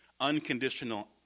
Unconditional